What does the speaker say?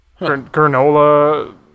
Granola